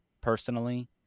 personally